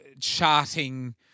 charting